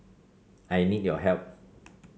I need your help